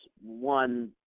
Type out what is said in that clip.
one